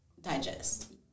digest